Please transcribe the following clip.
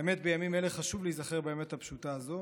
האמת, בימים אלה חשוב להיזכר באמת הפשוטה הזו: